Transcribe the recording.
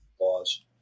laws